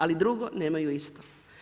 Ali drugo nemaju isto.